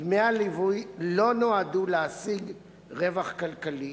דמי הליווי לא נועדו להשיג רווח כלכלי